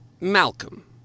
Malcolm